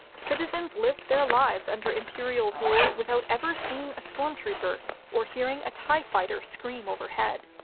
citizens lived their lives under imperial rule without ever seeing a stormtrooper or hearing a tie fighter scream overhead.